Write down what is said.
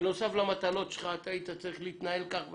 בנוסף למטלות שלך אתה היית צריך להתנהל כך וכך,